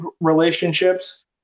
relationships